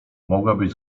mogłabyś